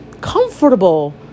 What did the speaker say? Comfortable